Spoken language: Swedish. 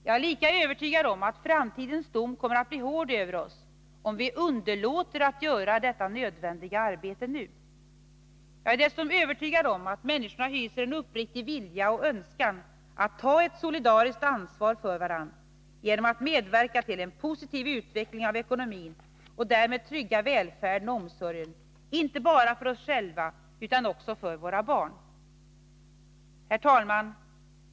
Jag är lika övertygad om att framtidens dom kommer att bli hård över oss, om vi underlåter att göra detta nödvändiga arbete nu. Jag är dessutom övertygad om att människorna hyser en uppriktig vilja och önskan att ta ett solidariskt ansvar för varann genom att medverka till en positiv utveckling av ekonomin och därmed trygga välfärden och omsorgen, inte bara för oss själva utan också för våra barn. Herr talman!